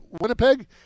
Winnipeg